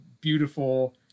beautiful